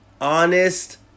honest